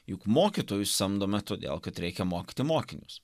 juk mokytojus samdome todėl kad reikia mokyti mokinius